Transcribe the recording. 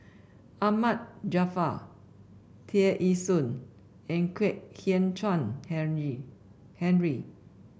Ahmad Jaafar Tear Ee Soon and Kwek Hian Chuan Henry Henry